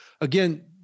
again